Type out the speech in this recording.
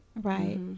Right